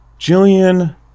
Jillian